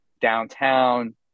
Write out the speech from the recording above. downtown